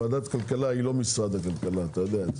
ועדת הכלכלה היא לא משרד הכלכלה, אתה יודע.